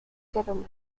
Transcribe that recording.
gentlemen